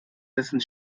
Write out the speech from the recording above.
dessen